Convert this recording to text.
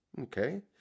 Okay